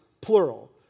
plural